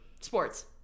Sports